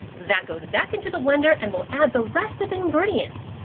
that goes back into the blender and we'll add the rest of the ingredients.